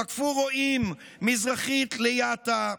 תקפו רועים מזרחית ליטא,